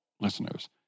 Listeners